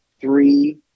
three